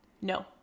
No